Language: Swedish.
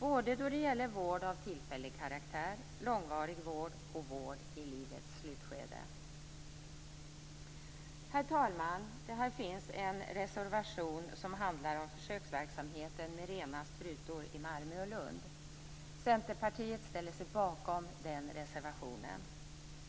då det gäller vård av tillfällig karaktär, långvarig vård och vård i livets slutskede. Herr talman! Här finns en reservation om försöksverksamheten med rena sprutor i Malmö och Lund. Centerpartiet står bakom den reservationen.